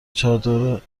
چادر